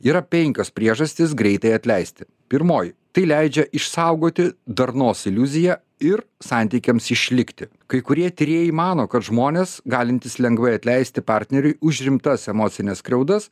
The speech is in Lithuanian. yra penkios priežastys greitai atleisti pirmoji tai leidžia išsaugoti darnos iliuziją ir santykiams išlikti kai kurie tyrėjai mano kad žmonės galintys lengvai atleisti partneriui už rimtas emocines skriaudas